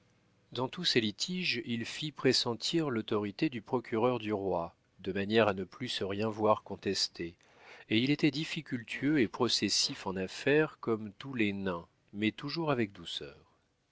dans tous ses litiges il fit pressentir l'autorité du procureur du roi de manière à ne plus se rien voir contester et il était difficultueux et processif en affaires comme tous les nains mais toujours avec douceur